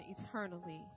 eternally